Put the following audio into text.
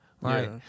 Right